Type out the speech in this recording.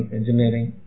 Engineering